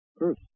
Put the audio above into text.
Earth